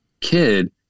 kid